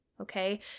Okay